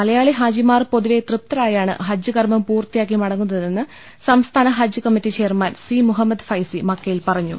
മലയാളി ഹാജിമാർ പൊതുവെ തൃപ്തരായാണ് ഹജ്ജ് കർമ്മം പൂർത്തിയാക്കി മടങ്ങുന്നതെന്ന് സംസ്ഥാന ഹജ്ജ് committee chairman C Muhammad Faizy മക്കയിൽ പറഞ്ഞു